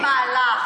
אין מהלך.